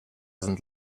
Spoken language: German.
sind